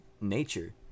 nature